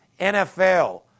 NFL